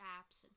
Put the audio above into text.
apps